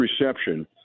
reception